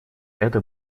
это